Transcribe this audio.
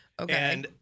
Okay